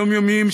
יומיומיים,